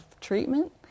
treatment